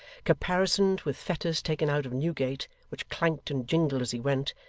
caparisoned with fetters taken out of newgate, which clanked and jingled as he went,